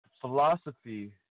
philosophy